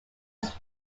was